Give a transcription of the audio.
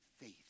faith